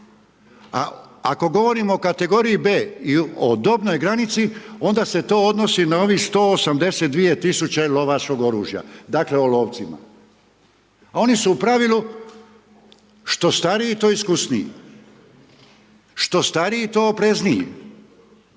A ako govorimo o kategoriji B i o dobnoj granici, onda se to odnosi na ovih 182 tisuće lovačkog oružja. Dakle, o lovcima. Oni su u pravilu što stariji to iskusniji, što stariji to oprezniji.